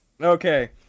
Okay